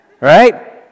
Right